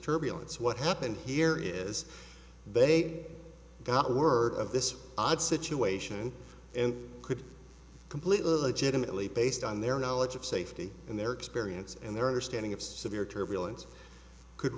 turbulence what happened here is they got word of this odd situation and could completely legitimate leap based on their knowledge of safety and their experience and their understanding of severe turbulence could